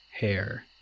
hair